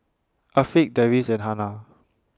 Afiq Deris and Hana